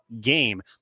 game